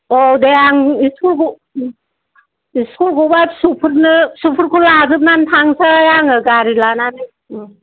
औ दे आं इस्कुल इ स्कुल गबा फिसौफोरनो फिसौफोरखौ लाजोबनानै थांनोसै आङो गारि लानानै